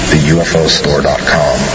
TheUFOStore.com